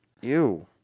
Ew